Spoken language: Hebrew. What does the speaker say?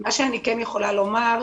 מה שאני כן יכולה לומר,